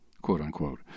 quote-unquote